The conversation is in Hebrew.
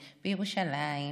בירושלים,